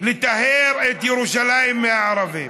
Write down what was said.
לטהר את ירושלים מהערבים.